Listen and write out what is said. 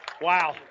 Wow